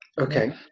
Okay